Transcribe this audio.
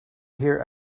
hear